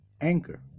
Anchor